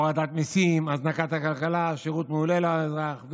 הורדת מיסים, הזנקת הכלכלה, שירות מעולה לאזרח.